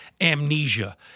amnesia